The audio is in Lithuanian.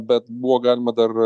bet buvo galima dar